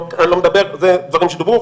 אלה דברים שדוברו,